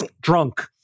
Drunk